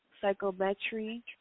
psychometry